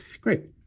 great